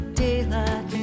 daylight